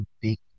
Big